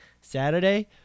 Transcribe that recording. Saturday